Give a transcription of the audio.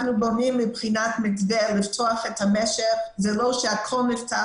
מבחינת מתווה לפתוח את המשק, זה לא שהכול נפתח.